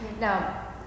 Now